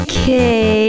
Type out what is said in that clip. Okay